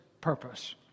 purpose